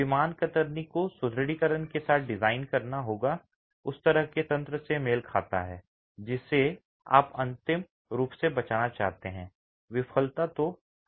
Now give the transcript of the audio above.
विमान कतरनी को सुदृढीकरण के साथ डिजाइन करना होगा जो उस तरह के तंत्र से मेल खाता है जिसे आप अंतिम रूप से बचना चाहते हैं विफलता पर